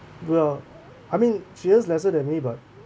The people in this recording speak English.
well I mean she earns lesser than me but